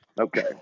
Okay